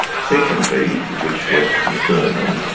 secondly, which was concerning,